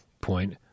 point